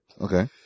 Okay